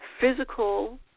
physical